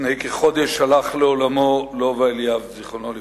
לפני כחודש הלך לעולמו לובה אליאב, זיכרונו לברכה.